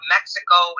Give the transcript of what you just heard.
Mexico